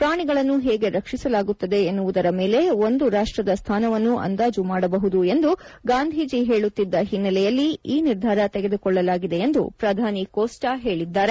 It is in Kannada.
ಪ್ರಾಣಿಗಳನ್ನು ಹೇಗೆ ರಕ್ಷಿಸಲಾಗುತ್ತದೆ ಎನ್ನುವುದರ ಮೇಲೆ ಒಂದು ರಾಷ್ಟದ ಸ್ಥಾನವನ್ನು ಅಂದಾಜು ಮಾಡಬಹುದು ಎಂದು ಗಾಂಧೀಜಿ ಹೇಳುತ್ತಿದ್ದ ಹಿನ್ನೆಲೆಯಲ್ಲಿ ಈ ನಿರ್ಧಾರ ತೆಗೆದುಕೊಳ್ಳಲಾಗಿದೆ ಎಂದು ಪ್ರಧಾನಿ ಕೋಸ್ಪ ಹೇಳಿದ್ದಾರೆ